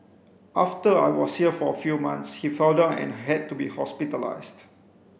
after I was here for a few months he fell down and had to be hospitalised